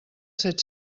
set